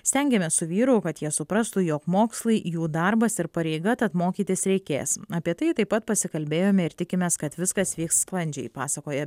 stengiamės su vyru kad jie suprastų jog mokslai jų darbas ir pareiga tad mokytis reikės apie tai taip pat pasikalbėjome ir tikimės kad viskas vyks sklandžiai pasakoja